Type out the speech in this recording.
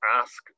ask